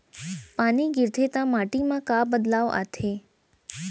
पानी गिरथे ता माटी मा का बदलाव आथे?